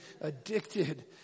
addicted